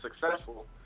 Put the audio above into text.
Successful